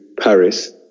Paris